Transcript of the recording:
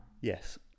yes